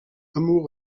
amour